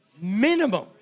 Minimum